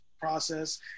process